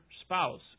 spouse